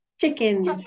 Chickens